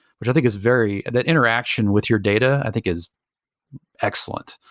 which i think is very that interaction with your data, i think is excellent.